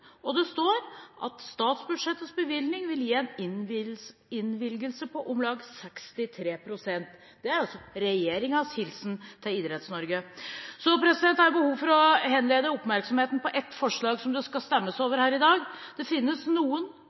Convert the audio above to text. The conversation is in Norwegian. og det står at bevilgningen på statsbudsjettet vil gi en innvilgelse på om lag 63 pst. Det er regjeringens hilsen til Idretts-Norge. Så har jeg behov for å henlede oppmerksomheten på et forslag som det skal stemmes over her i dag. Det finnes noen